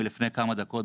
מלפני כמה דקות,